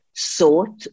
sought